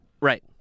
Right